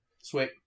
Sweet